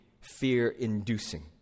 fear-inducing